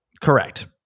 Correct